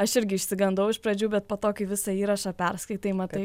aš irgi išsigandau iš pradžių bet po to kai visą įrašą perskaitai matai